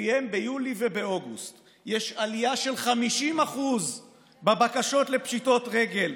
שלפיהם ביולי ובאוגוסט יש עלייה של 50% בבקשות לפשיטות רגל,